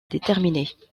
déterminer